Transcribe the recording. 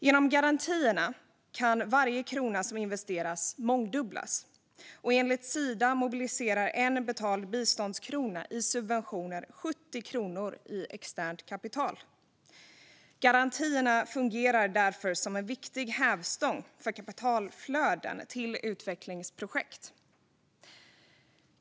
Genom garantierna kan varje krona som investeras mångdubblas, och enligt Sida mobiliserar en betald biståndskrona i subventioner 70 kronor i externt kapital. Garantierna fungerar därför som en viktig hävstång för kapitalflöden till utvecklingsprojekt.